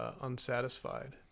Unsatisfied